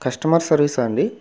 customer సర్వీసా అండి